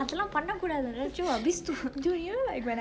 அதெல்லா பன்ன கூடாது அச்சோ அபிஷ்து:athella panne kudaathu achoo abishtuu